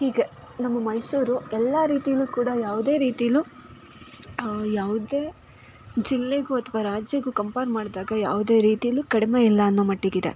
ಹೀಗೆ ನಮ್ಗೆ ಮೈಸೂರು ಎಲ್ಲ ರೀತಿಲೂ ಕೂಡ ಯಾವುದೇ ರೀತಿಲೂ ಯಾವುದೇ ಜಿಲ್ಲೆಗೂ ಅಥವಾ ರಾಜ್ಯಕ್ಕೂ ಕಂಪೇರ್ ಮಾಡಿದಾಗ ಯಾವುದೇ ರೀತಿಲೂ ಕಡಿಮೆ ಇಲ್ಲ ಅನ್ನೋ ಮಟ್ಟಿಗಿದೆ